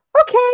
Okay